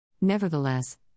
Nevertheless